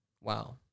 wow